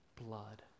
blood